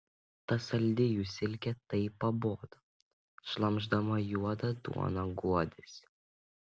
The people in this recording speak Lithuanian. ta saldi jų silkė taip pabodo šlamšdama juodą duoną guodėsi